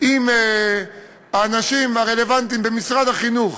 עם האנשים הרלוונטיים במשרד החינוך